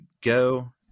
go